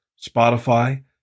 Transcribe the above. Spotify